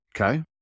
Okay